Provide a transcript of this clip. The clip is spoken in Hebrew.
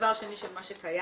דבר שני של מה שקיים,